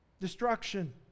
destruction